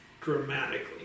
dramatically